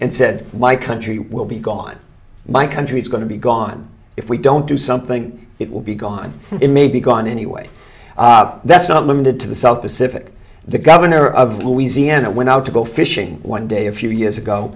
and said my country will be gone my country is going to be gone if we don't do something it will be gone it may be gone anyway that's not limited to the south pacific the governor of louisiana went out to go fishing one day a few years ago